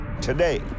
Today